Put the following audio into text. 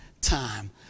time